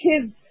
kids